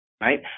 Right